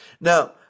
Now